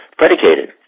predicated